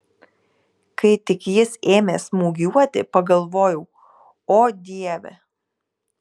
kai tik jis ėmė smūgiuoti pagalvojau o dieve